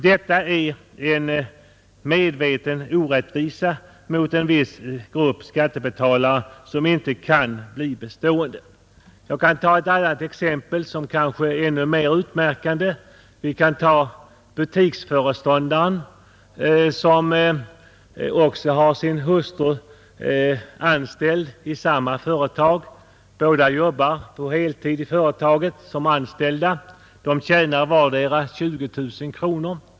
Detta är en medveten orättvisa mot en viss grupp skattebetalare som inte kan bli bestående. Jag kan ge ett annat exempel, som kanske är ännu mer utmärkande. Vi kan ta butiksföreståndaren som också har sin hustru anställd i samma företag. Båda arbetar på heltid i företaget såsom anställda. De tjänar vardera 20 000 kronor.